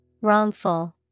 Wrongful